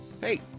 Hey